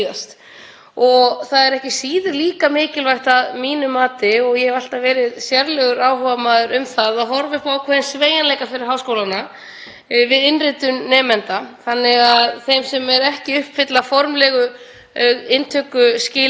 við innritun nemenda þannig að þeim sem ekki uppfylla formlegu inntökuskilyrðin sé boðið að þreyta stöðupróf eða undirgangast raunfærnimat eða stöðumat þar sem leitað er eftir hvort þeir hafi þann undirbúning sem þarf fyrir þetta háskólanám.